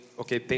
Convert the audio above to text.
okay